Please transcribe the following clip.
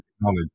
knowledge